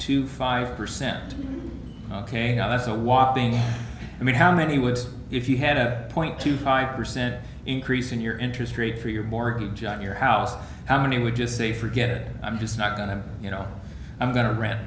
two five percent ok that's a whopping i mean how many would if you had a point two five percent increase in your interest rate for your mortgage on your house how many would just say forget it i'm just not going to you know i'm going to re